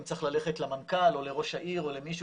אם צריך ללכת למנכ"ל או לראש העיר או למישהו